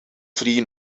three